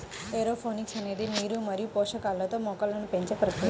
aeroponics అనేది నీరు మరియు పోషకాలతో మొక్కలను పెంచే ప్రక్రియ